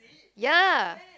ya